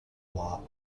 law